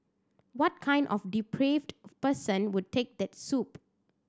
what kind of depraved person would take the soup